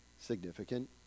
Significant